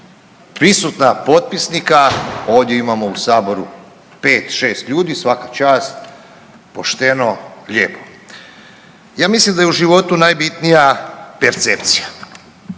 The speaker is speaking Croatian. prisutna potpisnika, ovdje imao u saboru 5-6 ljudi, svaka čast, pošteno, lijepo. Ja mislim da je u životu najbitnija percepcija.